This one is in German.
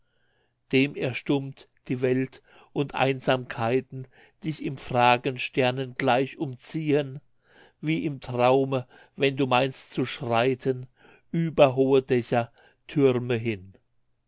dem erstummt die welt und einsamkeiten dich im fragen sternengleich umziehen wie im traume wenn du meinst zu schreiten über hohe dächer türme hin